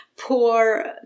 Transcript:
poor